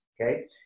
okay